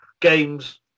games